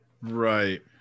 Right